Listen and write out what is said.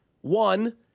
One